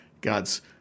God's